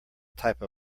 type